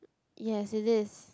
yes it is